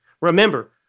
Remember